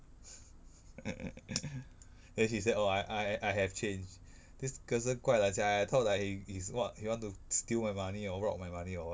then she said oh I I I have change this person guai lan sia I thought like he he's what he want to steal my money or rob my money or what